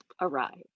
arrive